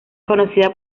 conocida